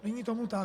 Není tomu tak.